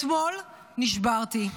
אתמול נשברתי,